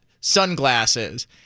sunglasses